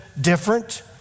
different